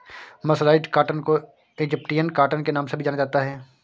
mercerised cotton को Egyptian cotton के नाम से भी जाना जाता है